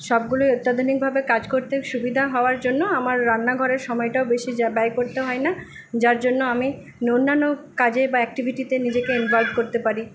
সবগুলোই অত্যাধুনিকভাবে কাজ করতে সুবিধা হওয়ার জন্য আমার রান্নাঘরের সময়টাও বেশি ব্যয় করতে হয় না যার জন্য আমি অন্যান্য কাজে বা অ্যাক্টিভিটিতে নিজেকে ইনভলভ করতে পারি